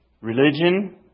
religion